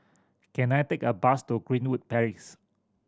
can I take a bus to Greenwood Palace